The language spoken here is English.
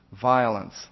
violence